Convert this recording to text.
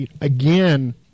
again